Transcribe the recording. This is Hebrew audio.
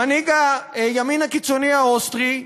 מנהיג הימין הקיצוני האוסטרי,